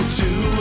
two